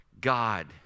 God